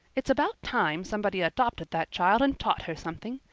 it's about time somebody adopted that child and taught her something.